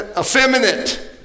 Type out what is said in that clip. effeminate